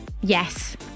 yes